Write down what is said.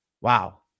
wow